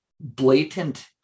blatant